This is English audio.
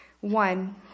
One